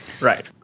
Right